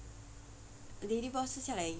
lady boss 是下来